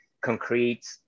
concrete